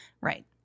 Right